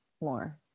more